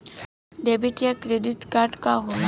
Debit या credit card का होला?